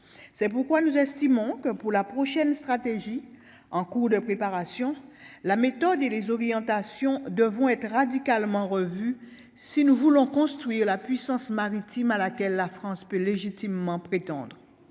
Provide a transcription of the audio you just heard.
c'est pourquoi nous estimons que pour la prochaine stratégie en cours de préparation, la méthode et les orientations devront être radicalement revue si nous voulons construire la puissance maritime à laquelle la France peut légitimement prétendre